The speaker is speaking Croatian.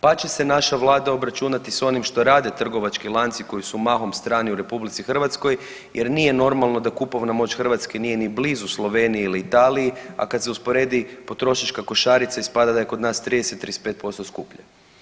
Pa će se naša vlada obračunati s onim što rade trgovački lanci koji su mahom strani u RH jer nije normalno da kupovna moć Hrvatska nije ni blizu Sloveniji ili Italiji, a kad se usporedi potrošačka košarica ispada da je kod nas 30, 35% skuplje.